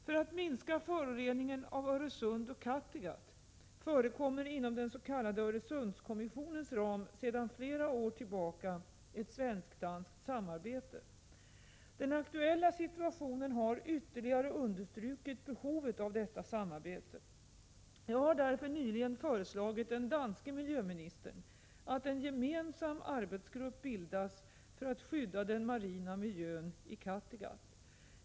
För att minska föroreningen av Öresund och Kattegatt förekommer inom den s.k. Öresundskommissionens ram sedan flera år tillbaka ett svenskt/ danskt samarbete. Den aktuella situationen har ytterligare understrukit behovet av detta samarbete. Jag har därför nyligen föreslagit den danske miljöministern att en gemensam arbetsgrupp bildas för att skydda den marina miljön i Kattegatt.